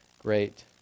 great